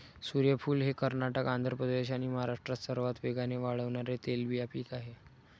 सूर्यफूल हे कर्नाटक, आंध्र प्रदेश आणि महाराष्ट्रात सर्वात वेगाने वाढणारे तेलबिया पीक आहे